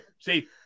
See